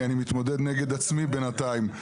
כי אני מתמודד נגד עצמי בינתיים.